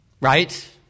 Right